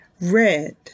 Red